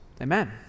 Amen